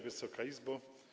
Wysoka Izbo!